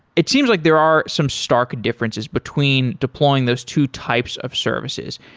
it seems like there are some stark differences between deploying those two types of services,